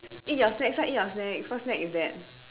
eat your snacks lah eat your snacks what snack is that